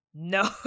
no